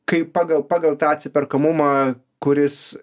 kaip pagal pagal tą atsiperkamumą kuris